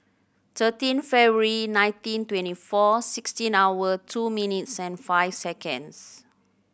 thirteen February nineteen twenty four sixteen hour two minutes and five seconds